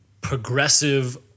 progressive